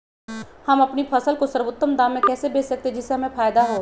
हम अपनी फसल को सर्वोत्तम दाम में कैसे बेच सकते हैं जिससे हमें फायदा हो?